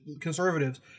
conservatives